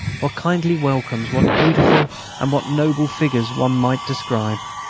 what kindly welcomes, what beautiful and what noble figures one might describe!